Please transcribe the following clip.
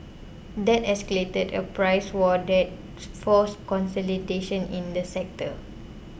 that escalated a price war that's forced consolidation in the sector